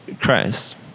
Christ